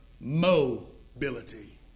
mobility